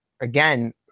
again